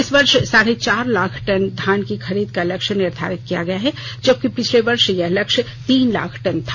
इस वर्ष साढ़े चार लाख टन धान की खरीद का लक्ष्य निर्धारित किया गया है जबकि पिछले वर्ष यह लक्ष्य तीन लाख टन था